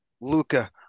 Luca